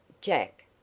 Jack